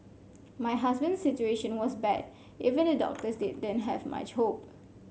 my husband's situation was bad even the doctors didn't have much hope